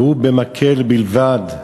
והוא במקל בלבד.